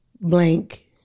blank